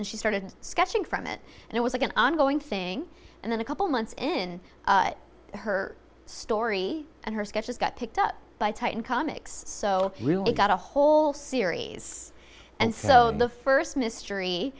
then she started sketching from it and it was like an ongoing thing and then a couple months in her story and her sketches got picked up by titan comics so they got a whole series and so the first mystery